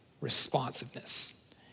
responsiveness